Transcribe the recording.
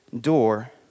door